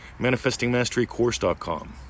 manifestingmasterycourse.com